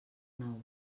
nou